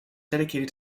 dedicated